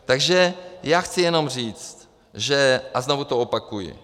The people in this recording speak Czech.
Takže já chci jenom říct, že a znovu to opakuji...